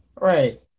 Right